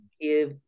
give